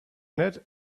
ned